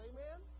Amen